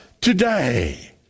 Today